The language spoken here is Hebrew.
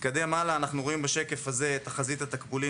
בשקף הבא אנחנו רואים את תחזית התקבולים